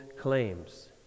claims